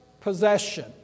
possession